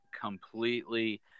completely